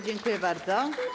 Dziękuję bardzo.